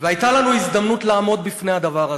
והייתה לנו הזדמנות לעמוד בפני הדבר הזה,